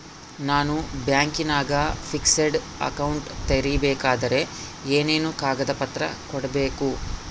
ನಾನು ಬ್ಯಾಂಕಿನಾಗ fixed account ತೆರಿಬೇಕಾದರೆ ಏನೇನು ಕಾಗದ ಪತ್ರ ಕೊಡ್ಬೇಕು?